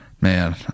man